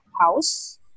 house